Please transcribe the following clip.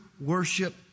worship